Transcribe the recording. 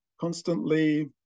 constantly